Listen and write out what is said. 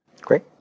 Great